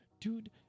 dude